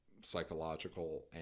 psychological